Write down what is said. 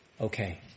okay